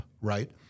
right